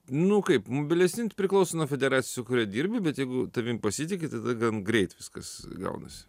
nu kaip mobilesni priklauso nuo federacijos su kuria dirbi bet jeigu tavim pasitiki tada gan greit viskas gaunasi